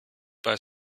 bei